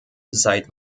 seid